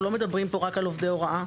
אנחנו לא מדברים פה רק על עובדי הוראה.